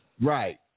Right